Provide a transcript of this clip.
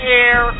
air